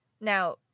Now